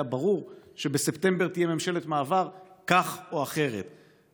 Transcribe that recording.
היה ברור שבספטמבר תהיה ממשלת מעבר כך או אחרת,